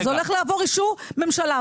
זה הולך לעבור אישור ממשלה,